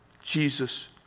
Jesus